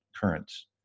currents